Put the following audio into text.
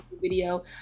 video